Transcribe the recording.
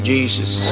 Jesus